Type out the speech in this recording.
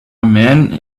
man